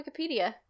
Wikipedia